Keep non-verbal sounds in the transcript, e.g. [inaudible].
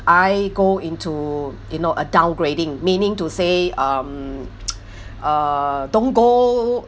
I go into you know a downgrading meaning to say um [noise] uh don't go